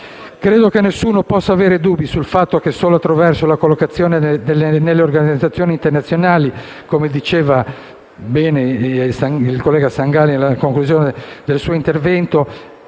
Credo che nessuno possa avere dubbi sul fatto che solo attraverso la collocazione nelle organizzazioni internazionali - come diceva bene il collega Sangalli a conclusione del suo intervento